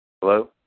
Hello